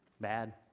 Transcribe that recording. Bad